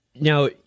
Now